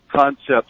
concepts